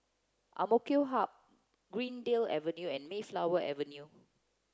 Amk Hub Greendale Avenue and Mayflower Avenue